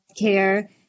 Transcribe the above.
care